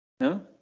No